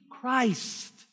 Christ